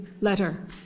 letter